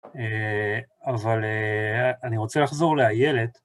אבל אני רוצה לחזור לילד.